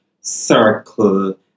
circle